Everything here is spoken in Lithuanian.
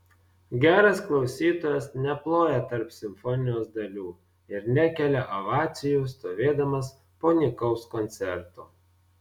geras klausytojas neploja tarp simfonijos dalių ir nekelia ovacijų stovėdamas po nykaus koncerto